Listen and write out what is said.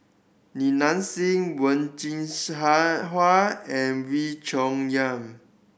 Li Nanxing Wen Jin Hua and Wee Cho Yaw